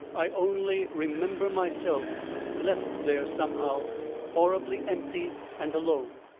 i only remember myself left there somehow horribly empty and alone.